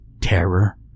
Terror